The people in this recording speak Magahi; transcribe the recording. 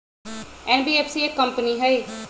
एन.बी.एफ.सी एक कंपनी हई?